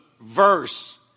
verse